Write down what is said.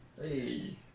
Hey